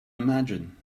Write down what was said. imagine